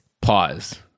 pause